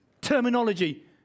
terminology